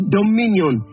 dominion